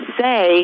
say